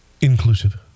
Inclusive